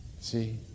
See